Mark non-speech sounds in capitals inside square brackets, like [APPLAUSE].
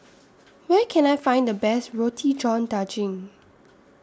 [NOISE] Where Can I Find The Best Roti John Daging